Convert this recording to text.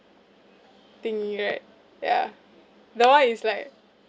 thingy right yeah that [one] is like